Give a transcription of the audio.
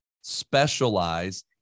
specialize